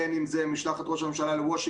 בין אם זה משלחת ראש הממשלה לוושינגטון,